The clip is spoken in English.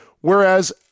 whereas